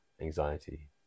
anxiety